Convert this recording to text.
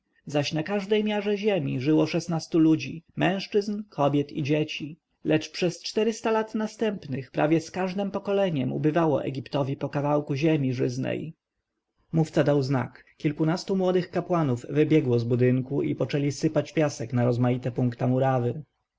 zaś na każdej miarze ziemi żyło szesnastu ludzi mężczyzn kobiet i dzieci lecz przez czterysta lat następnych prawie z każdem pokoleniem ubywało egiptowi po kawałku ziemi żyznej mówca dał znak kilkunastu młodych kapłanów wybiegło z budynku i poczęli sypać piasek na rozmaite punkta murawy